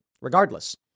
regardless